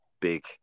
big